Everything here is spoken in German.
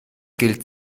gilt